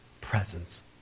presence